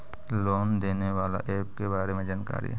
Loan देने बाला app के बारे मे जानकारी?